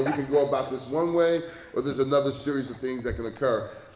go about this one way or there's another series of things that can occur.